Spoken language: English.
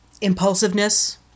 impulsiveness